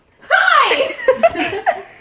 Hi